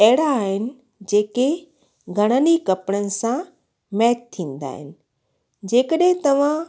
अहिड़ा आहिनि जे के घणनि ई कपिड़नि सां मैच थींदा आहिनि जे कॾहिं तव्हां